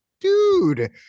dude